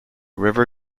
river